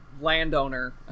landowner